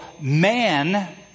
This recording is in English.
Man